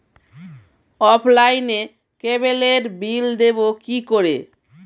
অফলাইনে ক্যাবলের বিল দেবো কি করে?